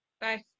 bye